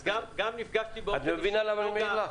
את מבינה למה אני אומר לך?